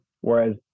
Whereas